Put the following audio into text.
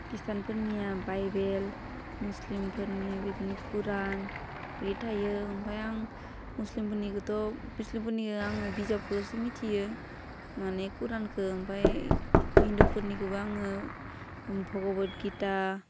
खृष्टीयानफोरनिया Bible मुस्लिमफोरनिया बिदिनो Quran बे थायो ओमफाय आं मुस्लिमफोरनिखौथ' मुस्लिमफोरनिखौ आङो बिजाबखौल'सो मिथियो मानि खुरानखौ ओमफाय हिन्दुफोरनिखौबो आङो भगबत गिता